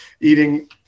eating